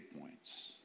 points